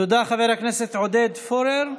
תודה, חבר הכנסת עודד פורר.